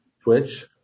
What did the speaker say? Twitch